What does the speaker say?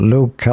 Luke